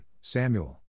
Samuel